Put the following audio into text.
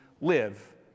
live